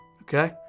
okay